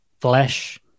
flesh